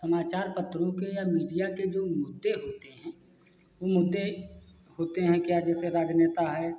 समाचार पत्रों के या मीडिया के जो मुद्दे होते हैं वह मुद्दे होते हैं क्या जैसे राजनेता है